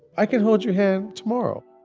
i can hold your hand tomorrow.